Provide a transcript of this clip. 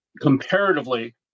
Comparatively